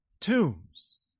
tombs